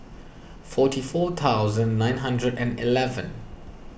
forty four thousand nine hundred and eleven